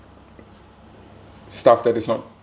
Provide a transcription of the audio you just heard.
stuff that is not